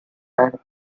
and